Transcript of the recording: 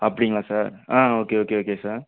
அப்படிங்களா சார் ஆ okay okay okay sir